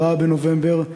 4 בנובמבר,